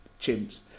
chimps